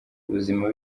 ubuzima